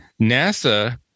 NASA